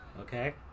okay